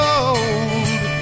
old